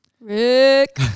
Rick